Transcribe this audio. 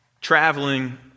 traveling